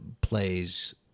plays